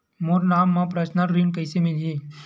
मोर नाम म परसनल ऋण कइसे मिलही?